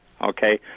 Okay